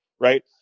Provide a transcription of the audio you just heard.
Right